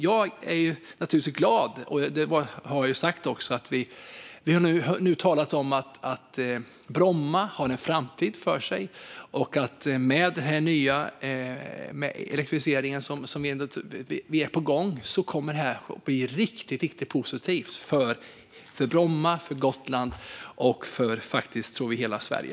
Jag är naturligtvis glad, vilket jag har sagt, att Bromma flygplats har framtiden för sig. Och med elektrifieringen som är på gång tror vi att detta kommer att bli riktigt positivt för Bromma, för Gotland och faktiskt för hela Sverige.